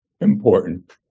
important